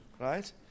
Right